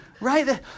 Right